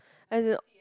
as in